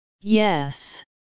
yes